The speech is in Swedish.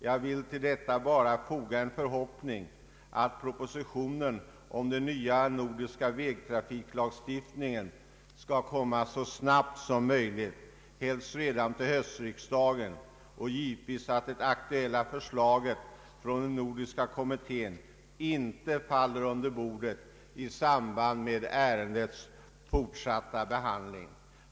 Jag vill till detta endast foga en förhoppning att propositionen om den nya nordiska vägtrafiklagstiftningen skall komma så snabbt som möjligt — helst redan till höstriksdagen — och givetvis att det aktuella förslaget från den nordiska kommittén inte faller under bordet i samband med ärendets fortsatta behandling.